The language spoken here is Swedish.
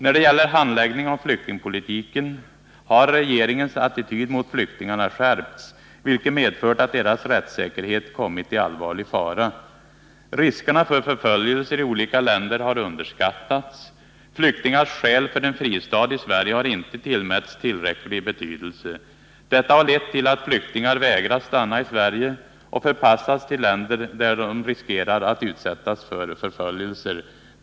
När det gäller handläggningen av flyktingpolitiken har regeringens attityd mot flyktingarna skärpts, vilket medfört att deras rättssäkerhet kommit i allvarlig fara. Riskerna för förföljelser i olika länder har underskattats. Flyktingars skäl för en fristad i Sverige har inte tillmätts tillräcklig betydelse. Detta har lett till att flyktingar vägrats stanna i Sverige och förpassats till länder där de riskerar att utsättas för förföljelser.